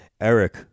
Eric